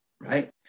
right